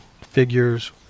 figures